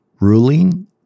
ruling